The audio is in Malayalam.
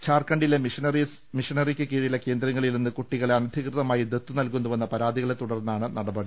ഝാർഖ ണ്ഡിലെ മിഷനറിയ്ക്ക് കീഴിലെ കേന്ദ്രങ്ങളിൽ നിന്ന് കുട്ടികളെ അനധികൃതമായി ദത്തുനൽകുന്നുവെന്ന പരാതികളെ തുടർന്നാണ് നടപടി